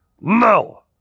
No